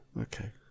Okay